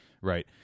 right